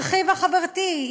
הרחיבה חברתי,